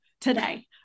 today